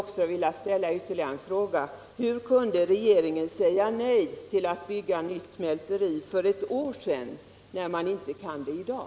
Vidare: Hur kunde regeringen för ett år sedan säga nej till ett nytt mälteri, när man inte kan det i dag?